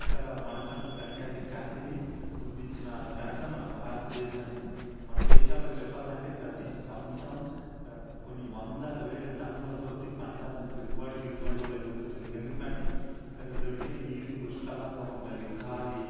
అక్కడ మనకంటూ ప్రఖ్యాతి కాంతిని పొందించిన ఆ ఘనత మన భారతదేశానిది మన దేశాల్లో చెప్పాలంటే ప్రతి సంవత్సరం ప్రతి కొన్ని వందల వేల టన్నులు కొద్ది పంట ఎగుబడి దిగుబడి జరుగుతుంటుంది ఎందుకంటే ఇక్కడ దొరికే నీరు పుష్కలంగా ఉంటుంది గాలి